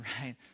right